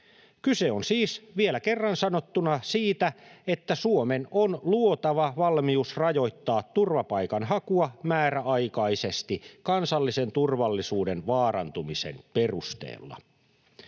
Kyse on siis vielä kerran sanottuna siitä, että Suomen on luotava valmius rajoittaa turvapaikan hakua määräaikaisesti kansallisen turvallisuuden vaarantumisen perusteella.